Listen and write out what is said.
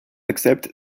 accept